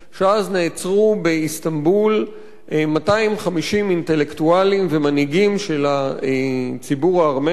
שאז נעצרו באיסטנבול 250 אינטלקטואלים ומנהיגים של הציבור הארמני,